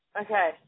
okay